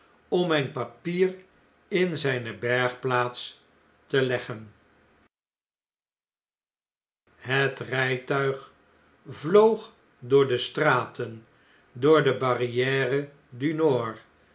om mjn papier in zflne bergplaats te leggen het rjjtuig vloog door de straten door de barriere dunord